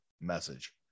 message